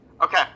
Okay